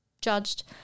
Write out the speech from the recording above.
judged